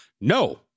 No